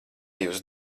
jūs